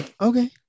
Okay